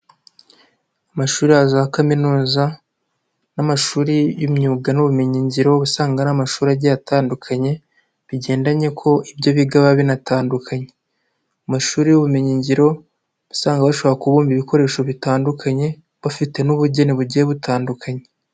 Amashuri za kaminuza n'amashuri y'imyuga n'ubumenyingiro uba usanga ari amashuri agiye atandukanye bigendanye ko ibyo bigaba biba binatandukanye, amashuri y'ubumenyingiro usanga bashobora kubumba ibikoresho bitandukanye bafite n'ubugeni bugiye butandukanye.